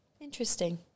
interesting